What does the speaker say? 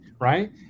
right